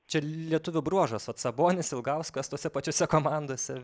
čia lietuvių bruožas vat sabonis ilgauskas tose pačiose komandose